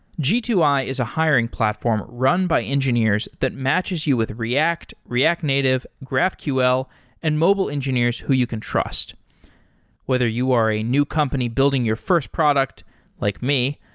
g two i is a hiring platform run by engineers that matches you with react, react native, graphql and mobile engineers who you can trust whether you are a new company building your first product like me,